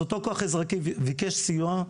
אותו כוח אזרחי ביקש סיוע.